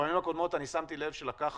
בפעמים הקודמות שמתי לב שלקח